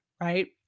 right